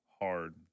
hard